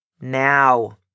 now